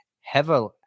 heavily